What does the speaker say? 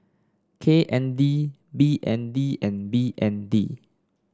K N D B N D and B N D